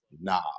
nah